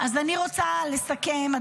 אז אני רוצה לסכם,